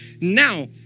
Now